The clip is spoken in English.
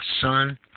son